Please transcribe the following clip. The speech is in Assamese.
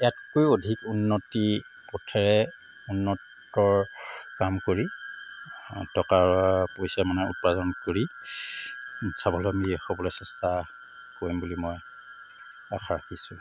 ইয়াতকৈ অধিক উন্নতি পথেৰে উন্নতৰ কাম কৰি টকা পইচা মানে উৎপাদন কৰি স্বাৱলম্বী হ'বলৈ চেষ্টা কৰিম বুলি মই আশা ৰাখিছোঁ